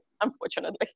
unfortunately